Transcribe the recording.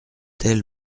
tel